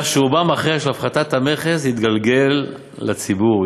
כך שרובה המכריע של הפחתת המכס התגלגל לצרכן.